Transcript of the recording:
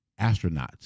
astronauts